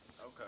Okay